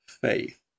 faith